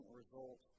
result